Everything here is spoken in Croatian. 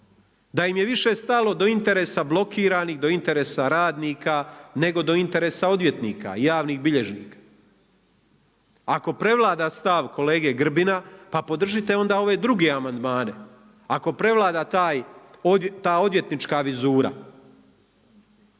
da im je više stalo do interesa blokiranih, do interesa radnika, nego do interesa odvjetnika i javnih bilježnika. Ako prevlada stav kolege Grbina, pa podržite onda ove druge amandmane. Ako prevlada ta odvjetnička vizura.